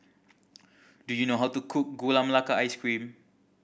do you know how to cook Gula Melaka Ice Cream